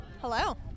Hello